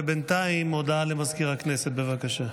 בינתיים, הודעה למזכיר הכנסת, בבקשה.